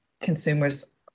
consumers